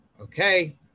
Okay